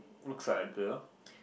looks like a girl